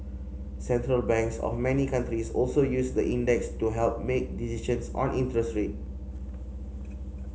Central Banks of many countries also use the index to help make decisions on interest rate